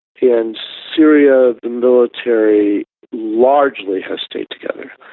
in syria, the military largely has stayed together.